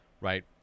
right